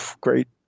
great